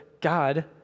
God